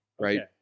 right